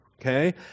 Okay